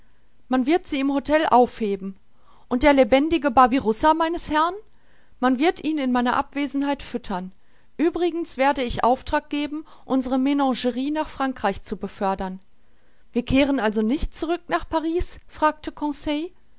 man wird sie im hotel aufheben und der lebendige babirussa meines herrn man wird ihn in meiner abwesenheit füttern uebrigens werde ich auftrag geben unsere menagerie nach frankreich zu befördern wir kehren also nicht zurück nach paris fragte